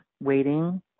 waiting